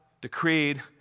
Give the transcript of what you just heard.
decreed